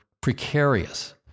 precarious